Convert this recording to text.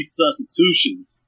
substitutions